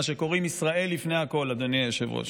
מה שקוראים: ישראל לפני הכול, אדוני היושב-ראש.